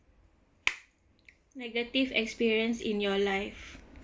negative experience in your life